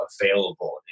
available